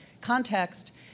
context